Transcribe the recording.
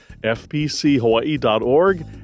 fpchawaii.org